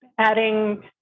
adding